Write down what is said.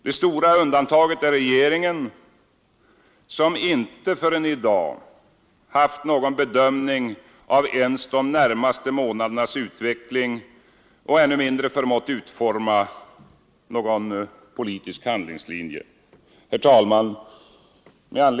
Det stora undantaget är regeringen, som inte förrän i dag haft någon bedömning av ens de närmaste månadernas utveckling och ännu mindre förmått utforma någon politisk handlingslinje.